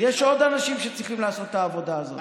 יש עוד אנשים שצריכים לעשות את העבודה הזאת.